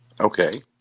Okay